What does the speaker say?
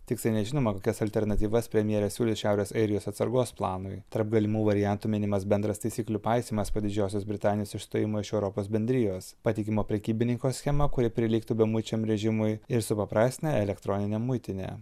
tiksliai nežinoma kokias alternatyvas premjerė siūlys šiaurės airijos atsargos planui tarp galimų variantų minimas bendras taisyklių paisymas po didžiosios britanijos išstojimo iš europos bendrijos patikimo prekybininko schema kuri prilygtų bemuičiam režimui ir supaprastina elektroninę muitinę